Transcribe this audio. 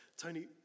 Tony